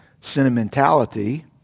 sentimentality